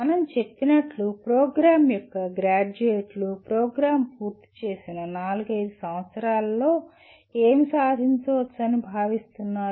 మనం చెప్పినట్లుగా ప్రోగ్రామ్ యొక్క గ్రాడ్యుయేట్లు ప్రోగ్రాం పూర్తి చేసిన నాలుగైదు సంవత్సరాలలో ఏమి సాధించవచ్చని భావిస్తున్నారు